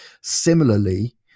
Similarly